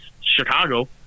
Chicago